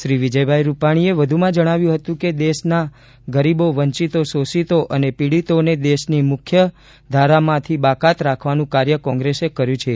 શ્રી વિજય રૂપાણીએ વધુમાં જણાવ્યું હતું કે દેશના ગરીબો વંચિતો શોષિતો અને પીડિતોને દેશની મુખ્યધારામાંથી બાકાત રાખવાનું કાર્ય કોંત્રેસે કર્યું છે